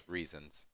reasons